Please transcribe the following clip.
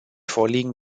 vorliegen